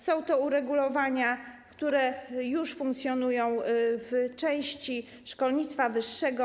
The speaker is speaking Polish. Są to uregulowania, które już funkcjonują w części szkolnictwa wyższego.